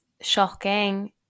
shocking